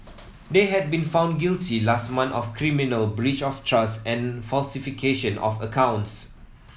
they had been found guilty last month of criminal breach of trust and falsification of accounts